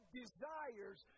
desires